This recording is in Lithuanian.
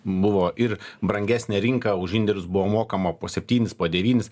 buvo ir brangesnė rinka už indėlius buvo mokama po septynis po devynis